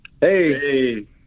Hey